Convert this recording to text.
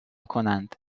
کنند